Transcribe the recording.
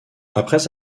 après